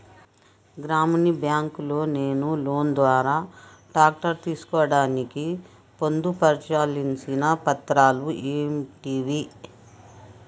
గ్రామీణ బ్యాంక్ లో నేను లోన్ ద్వారా ట్రాక్టర్ తీసుకోవడానికి పొందు పర్చాల్సిన పత్రాలు ఏంటివి?